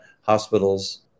hospitals